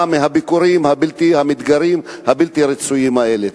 מהביקורים המתגרים הבלתי רצויים האלה.